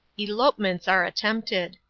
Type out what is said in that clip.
elopements are attempted.